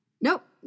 Nope